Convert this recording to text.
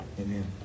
Amen